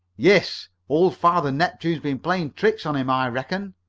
yes, old father neptune has been playing tricks on him, i reckon,